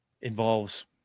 involves